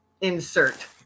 Insert